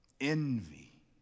Envy